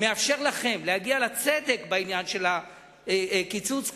הוא יאפשר לכם להגיע לצדק בעניין של הקיצוץ כאן.